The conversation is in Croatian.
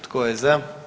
Tko je za?